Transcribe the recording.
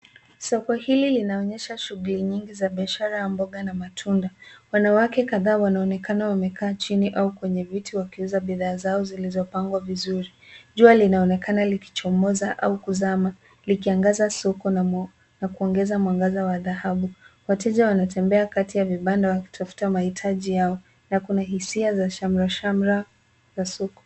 Soko hili linaonyesha shughuli nyingi za biashara ya mboga na matunda. Wanawake kadhaa wanaonekana wamekaa chini au kwenye viti wakiuza bidhaa zao zilizopangwa vizuri. Jua linaonekana likichomoza au kuzama likiangaza soko na kuongeza mwangaza wa dhahabu. Wateja wanatembea kati ya vibanda wakitafuta maitaji yao na hisia za shamrashamra.